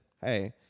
hey